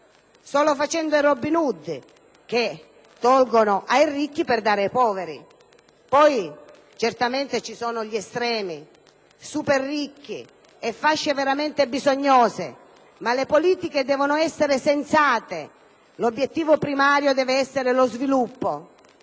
in Robin Hood che tolgono ai ricchi per dare ai poveri. Certamente ci sono gli estremi, come i super ricchi e le fasce veramente bisognose, ma le politiche devono essere sensate. L'obiettivo primario deve essere lo sviluppo.